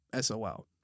SOL